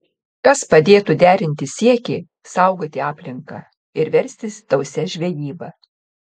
kas padėtų derinti siekį saugoti aplinką ir verstis tausia žvejyba